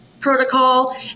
protocol